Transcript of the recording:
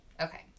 Okay